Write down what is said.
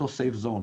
אותו safe zones.